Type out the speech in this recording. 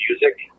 music